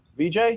VJ